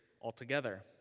altogether